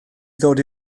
ddod